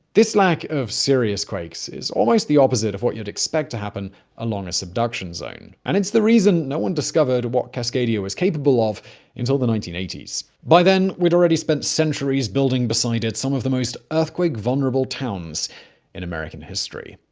this lack of serious quakes is almost the opposite of what you'd expect to happen along a subduction zone. and it's the reason no-one discovered what cascadia was capable of until the nineteen eighty s. by then, we'd already spent centuries building beside it some of the most earthquake-vulnerable towns in american history.